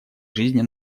жизни